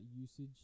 usage